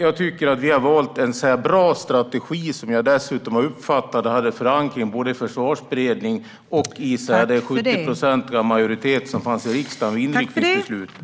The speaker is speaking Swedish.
Jag tycker att vi har valt en bra strategi, som jag har uppfattat hade förankring hos både Försvarsberedningen och den 70-procentiga majoritet som fanns i riksdagen vid inriktningsbeslutet.